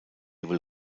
will